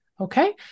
Okay